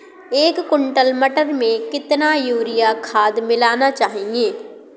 एक कुंटल मटर में कितना यूरिया खाद मिलाना चाहिए?